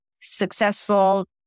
successful